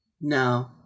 No